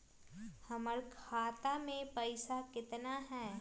हमर खाता मे पैसा केतना है?